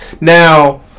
now